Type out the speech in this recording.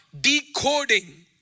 decoding